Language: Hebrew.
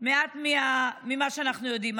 מעט ממה שאנחנו יודעים,